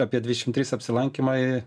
apie dvidešimt trys apsilankymai